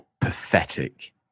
pathetic